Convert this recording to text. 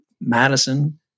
Madison